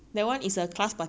no marks one